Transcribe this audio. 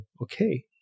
okay